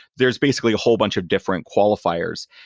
there is basically a whole bunch of different qualifiers.